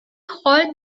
halt